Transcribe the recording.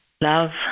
Love